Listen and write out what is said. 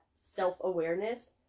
self-awareness